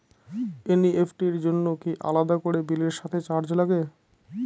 NEFT র জন্য কি আলাদা করে বিলের সাথে চার্জ লাগে?